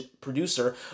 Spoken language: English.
producer